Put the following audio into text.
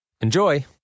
Enjoy